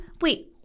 wait